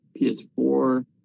PS4